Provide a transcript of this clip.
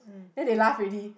then they laugh already